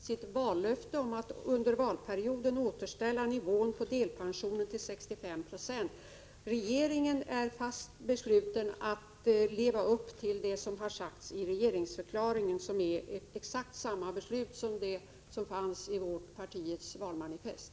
Herr talman! Regeringen står fast vid sitt vallöfte att under valperioden återställa nivån på delpensionen till 65 26. Regeringen är fast besluten att leva upp till vad som på det här området har uttalats i regeringsförklaringen, vilket är exakt detsamma som det som sades i vårt partis valmanifest.